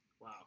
Wow